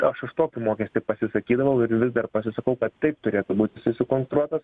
aš už tokį mokestį pasisakydavau ir vis dar pasisakau kad taip turėtų būt jisai sukonstruotas